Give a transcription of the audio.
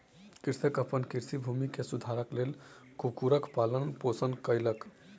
कृषक अपन कृषि भूमि के सुरक्षाक लेल कुक्कुरक पालन पोषण कयलक